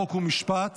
חוק ומשפט